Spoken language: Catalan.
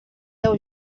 deu